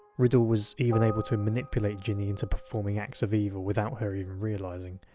riddle was even able to manipulate ginny into performing acts of evil without her even realising,